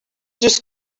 just